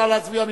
נא להצביע.